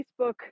Facebook